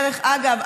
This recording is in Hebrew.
דרך אגב,